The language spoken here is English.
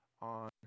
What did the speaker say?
on